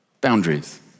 boundaries